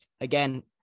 Again